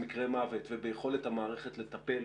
במניעת מקרי מוות וביכולת המערכת לטפל